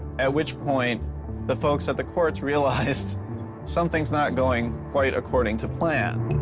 at which point the folks at the courts realized something is not going quite according to plan.